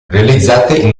realizzate